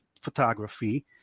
photography